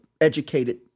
educated